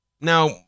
Now